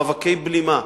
מאבקי בלימה.